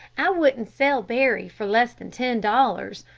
i wouldn't sell barry for less than ten dollars,